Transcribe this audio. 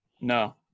No